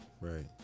right